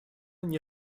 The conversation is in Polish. nie